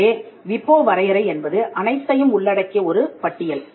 எனவே விபோ வரையறை என்பது அனைத்தையும் உள்ளடக்கிய ஒரு பட்டியல்